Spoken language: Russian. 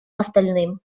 остальным